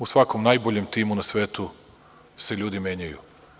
U svakom najboljem timu na svetu se ljudi menjaju.